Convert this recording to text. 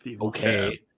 okay